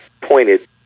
pointed